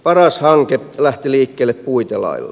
paras hanke lähti liikkeelle puitelailla